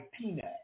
Peanut